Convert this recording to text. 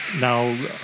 Now